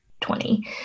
twenty